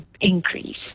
increase